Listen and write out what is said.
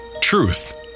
Truth